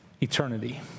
eternity